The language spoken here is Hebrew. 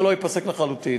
זה לא ייפסק לחלוטין.